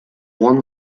warm